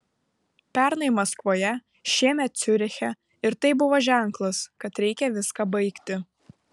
pernai maskvoje šiemet ciuriche ir tai buvo ženklas kad reikia viską baigti